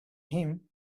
him